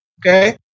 Okay